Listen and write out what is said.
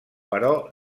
però